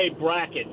bracket